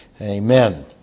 Amen